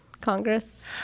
Congress